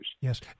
yes